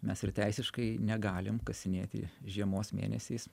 mes ir teisiškai negalim kasinėti žiemos mėnesiais